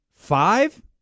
Five